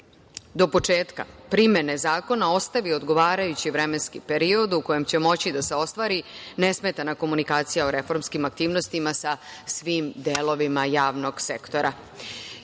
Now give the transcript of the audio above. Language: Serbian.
do početka primene zakona ostavi odgovarajući vremenski period u kojem će moći da se ostvari nesmetana komunikacija o reformskim aktivnostima sa svim delovima javnog sektora. Imajući